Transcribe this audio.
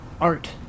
art